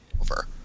over